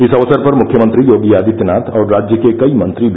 इस अवसर पर मुख्यमंत्री योगी आदित्यनाथ और राज्य के कई मंत्री भी मौजूद थे